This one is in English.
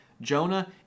Jonah